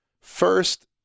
First